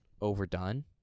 overdone